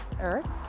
earth